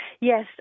yes